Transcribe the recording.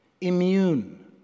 immune